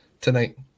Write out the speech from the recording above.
tonight